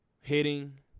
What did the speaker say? hitting